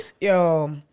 Yo